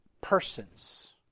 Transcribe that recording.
persons